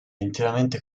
interamente